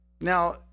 Now